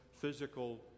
physical